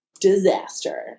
disaster